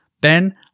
Ben